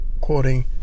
quoting